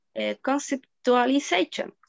conceptualization